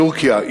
טורקיה,